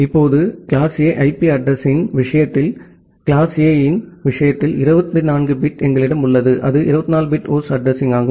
இப்போது class A IP அட்ரஸிங்யின் விஷயத்தில் கிளாஸ் A இன் விஷயத்தில் 24 பிட் எங்களிடம் உள்ளது அது 24 பிட் ஹோஸ்ட் அட்ரஸிங்யாகும்